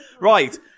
Right